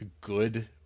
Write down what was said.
good